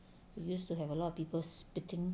you used to have a lot of people spitting